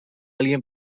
alguien